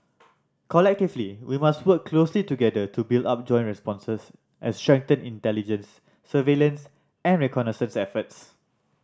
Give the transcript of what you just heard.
collectively we must work closely together to build up joint responses and strengthen intelligence surveillance and reconnaissance efforts